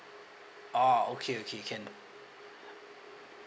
oh okay okay can